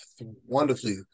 wonderfully